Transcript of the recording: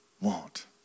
want